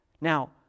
Now